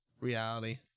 reality